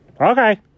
Okay